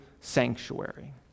sanctuary